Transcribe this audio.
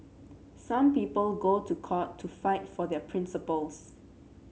some people go to court to fight for their principles